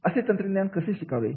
असे तंत्रज्ञान कसे शिकावे